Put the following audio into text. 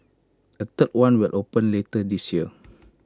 A third one will open later this year